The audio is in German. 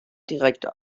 direkte